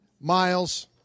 miles